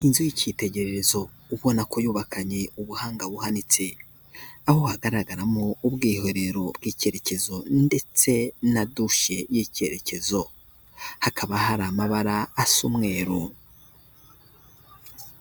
Inzu y'ikitegererezo, ubona ko yubakanywe ubuhanga buhanitse, aho hagaragaramo ubwiherero bw'ikerekezo ndetse na dushe y'ikerekezo, hakaba hari amabara asa umweru.